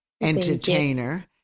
entertainer